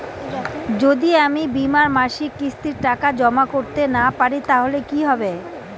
যদি আমি বীমার মাসিক কিস্তির টাকা জমা করতে না পারি তাহলে কি হবে?